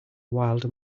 wild